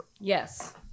yes